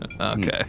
Okay